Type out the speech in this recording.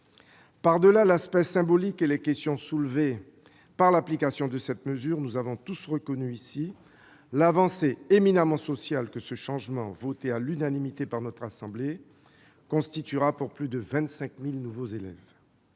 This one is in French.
Par-delà l'aspect symbolique et les questions soulevées par l'application de cette mesure, nous avons tous reconnu l'avancée éminemment sociale que ce changement, voté à l'unanimité par notre assemblée, constituera pour plus de 25 000 nouveaux élèves.